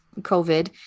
covid